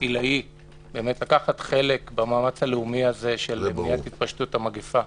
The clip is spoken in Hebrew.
עילאי לקחת חלק במאמץ הלאומי הזה של מניעת התפשטות המגפה.